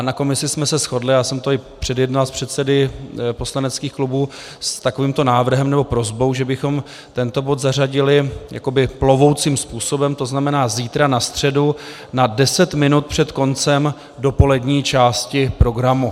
Na komisi jsme se shodli, a já jsem to i předjednal s předsedy poslaneckých klubů, na takovém návrhu, že bychom tento bod zařadili jakoby plovoucím způsobem, to znamená zítra na středu na deset minut před koncem dopolední části programu.